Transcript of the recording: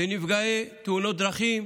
לנפגעי תאונות דרכים,